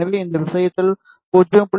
எனவே இந்த விஷயத்தில் 0